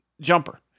jumper